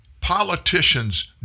Politicians